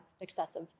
excessive